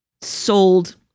sold